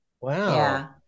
Wow